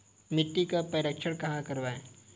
मिट्टी का परीक्षण कहाँ करवाएँ?